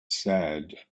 said